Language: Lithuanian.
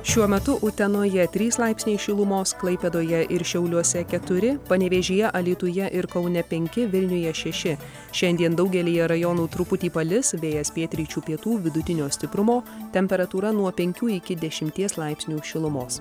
šiuo metu utenoje trys laipsniai šilumos klaipėdoje ir šiauliuose keturi panevėžyje alytuje ir kaune penki vilniuje šeši šiandien daugelyje rajonų truputį palis vėjas pietryčių pietų vidutinio stiprumo temperatūra nuo penkių iki dešimties laipsnių šilumos